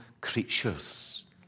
creatures